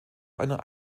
einer